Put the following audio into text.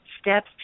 steps